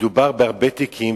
מדובר בהרבה תיקים,